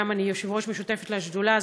גם אני יושבת-ראש משותפת לשדולה,